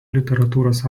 literatūros